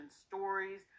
stories